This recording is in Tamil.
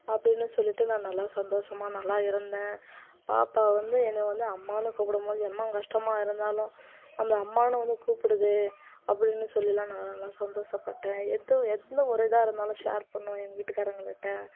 அப்படினு சொல்லிவிட்டு நான் நல்லா சந்தோஷமா நல்லா இருந்தேன் பாப்பா வந்து என்னை வந்து அம்மானு கூப்பிடும்போது எம்மா கஷ்டமாக இருந்தாலும் அந்த அம்மானு வந்து கூப்பிடுது அப்படினு சொல்லிலாம் நான் நல்லா சந்தோஷப்பட்டேன் எந்த ஒரு எந்த ஒரு இதா இருந்தாலும் ஷேர் பண்ணுவேன் எங்கள் வீட்டுகாரங்க கிட்ட